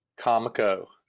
Comico